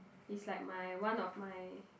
is like my one of my